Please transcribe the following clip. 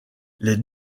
les